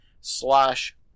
slash